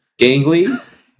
Gangly